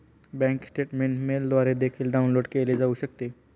bank statement मेलद्वारे देखील download केले जाऊ शकते